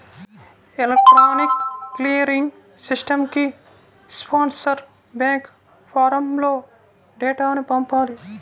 electronic clearing సిస్టమ్కి sponsor bank ఫారమ్లో డేటాను పంపాలి